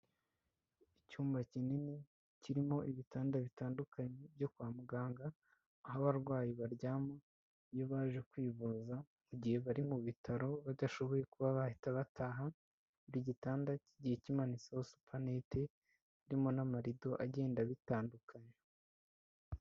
Icyumba kinini kirimo ibitanda bitandukanye byo kwa muganga, aho abarwayi baryama iyo baje kwivuza, igihe bari mu bitaro badashoboye kuba bahita bataha, buri gitanda kigiye kimanitseho supanete birimo n'amarido agenda abitandukanya.